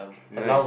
nice